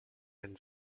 and